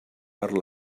per